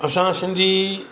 असां सिंधी